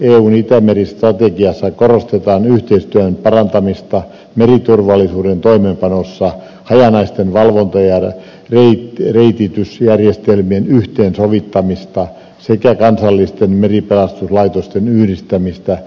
eun itämeri strategiassa korostetaan yhteistyön parantamista meriturvallisuuden toimeenpanossa hajanaisten valvonta ja reititysjärjestelmien yhteensovittamista sekä kansallisten meripelastuslaitosten yhdistämistä hätätilanteissa